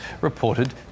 reported